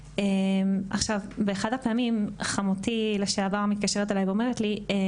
באחת הפעמים חמותי לשעבר מתקשרת אליי ואומרת לי י.